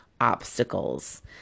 obstacles